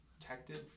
Protected